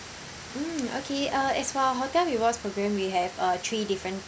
mm okay uh as for our hotel rewards program we have uh three different